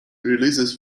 releases